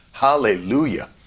hallelujah